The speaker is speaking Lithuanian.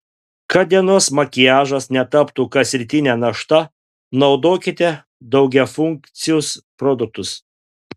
kad dienos makiažas netaptų kasrytine našta naudokite daugiafunkcius produktus